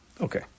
Okay